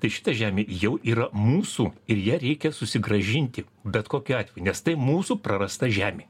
tai šita žemė jau yra mūsų ir ją reikia susigrąžinti bet kokiu atveju nes tai mūsų prarasta žemė